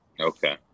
okay